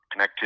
connectivity